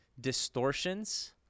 distortions